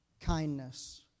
kindness